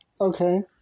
Okay